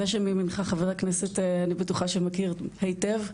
זה שמימינך, חבר הכנסת, אני בטוחה שמכיר היטב,